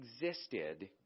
existed